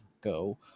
go